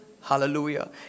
Hallelujah